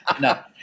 no